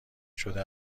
شده